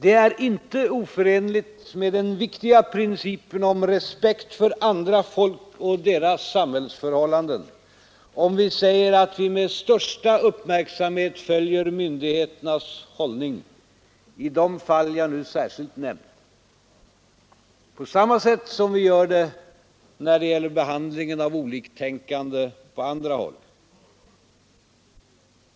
Det är inte oförenligt med den viktiga principen om respekt för andra folk och deras samhällsförhållanden om vi säger att vi med största uppmärksamhet följer myndigheternas hållning i de fall jag nu särskilt nämnt på samma sätt som vi gör när det gäller behandlingen av oliktänkande på andra håll.